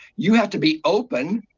you have to be open.